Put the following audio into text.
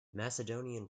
macedonian